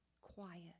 quiet